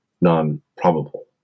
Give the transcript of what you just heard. non-probable